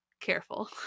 careful